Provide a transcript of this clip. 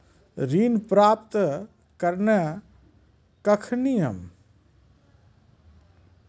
ऋण प्राप्त करने कख नियम?